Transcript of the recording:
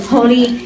Holy